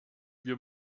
wir